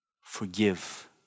forgive